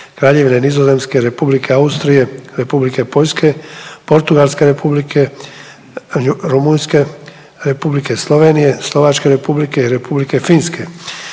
Kraljevine Nizozemske, Republike Austrije, Republike Poljske, Portugalske Republike, Rumunjske, Republike Slovenije, Slovačke Republike i Republike Finske,